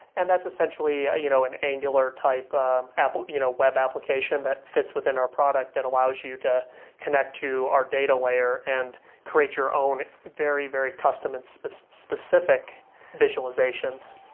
and that's essentially ah you know an angular type um of you know web application that fits within our product that allows you to connect to our data layer, and create your own very, very custom and specific specific visualizations.